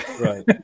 right